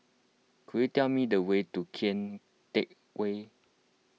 could you tell me the way to Kian Teck Way